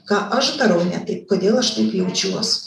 ką aš darau ne taip kodėl aš taip jaučiuos